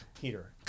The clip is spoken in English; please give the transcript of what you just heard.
Peter